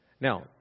Now